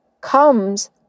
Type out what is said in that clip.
comes